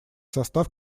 состав